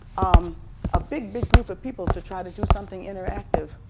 um a big big group of people to try to do something interactive